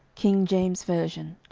king james version,